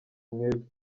mwebwe